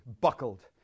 buckled